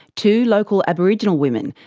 two local aboriginal women,